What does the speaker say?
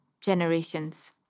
generations